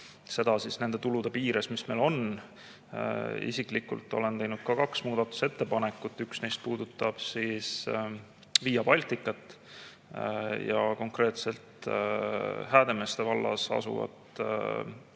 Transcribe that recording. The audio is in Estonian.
seda nende tulude piires, mis meil on. Isiklikult olen teinud ka kaks muudatusettepanekut: üks neist puudutab Via Balticat, konkreetselt Häädemeeste vallas asuvat